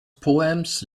poems